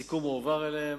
הסיכום הועבר אליהם.